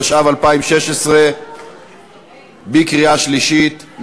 התשע"ו 2016. בקריאה שלישית,